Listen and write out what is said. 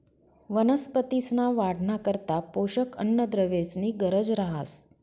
वनस्पतींसना वाढना करता पोषक अन्नद्रव्येसनी गरज रहास